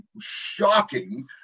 shocking